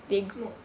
smoke